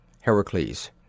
Heracles